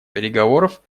переговоров